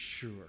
sure